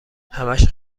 همش